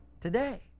Today